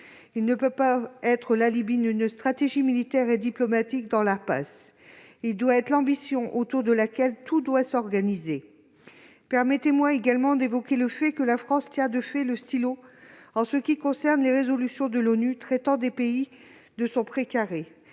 Il ne peut pas être l'alibi d'une stratégie militaire et diplomatique dans l'impasse, il doit être l'ambition autour de laquelle tout doit s'organiser. Permettez-moi également d'évoquer le fait que la France tient, de fait, le stylo en ce qui concerne les résolutions de l'ONU traitant des pays de son pré carré.